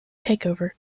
takeover